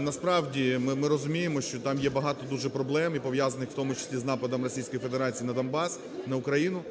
Насправді, ми розуміємо, що там є багато дуже проблем і пов'язаних в тому числі з нападом Російської Федерації на Донбас, на Україну,